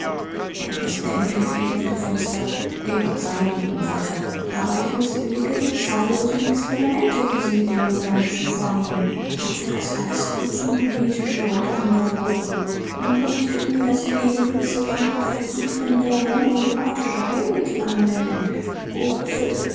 der präsident entgegnete finster dem mag sein wie ihm wolle aber ich mißbillige die zahllosen experimente die sie mit dem jungen menschen vornehmen wozu das alles wozu magnetische und andre kuren man berichtet mir daß sie gegen gewisse krankhafte zustände homöopathische heilmittel anwenden wozu